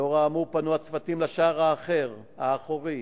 לאור האמור פנו הצוותים לשער האחר, האחורי,